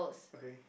okay